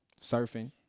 Surfing